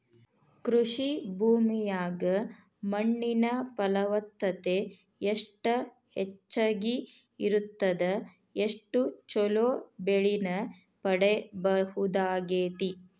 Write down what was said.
ಕೃಷಿ ಭೂಮಿಯಾಗ ಮಣ್ಣಿನ ಫಲವತ್ತತೆ ಎಷ್ಟ ಹೆಚ್ಚಗಿ ಇರುತ್ತದ ಅಷ್ಟು ಚೊಲೋ ಬೆಳಿನ ಪಡೇಬಹುದಾಗೇತಿ